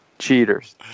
Cheaters